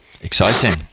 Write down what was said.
Exciting